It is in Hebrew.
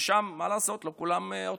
ושם, מה לעשות, לא כולם אורתודוקסים.